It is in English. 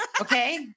Okay